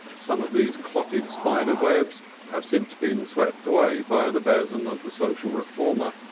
some of these clotted spiders'-webs have since been swept away by the besom of the social reformer,